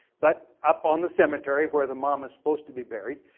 but, up on the cemetery where the mom is supposed to be buried,